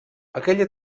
aquella